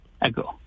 ago